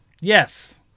Yes